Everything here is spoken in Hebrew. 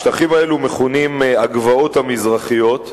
השטחים האלו מכונים "הגבעות המזרחיות",